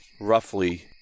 roughly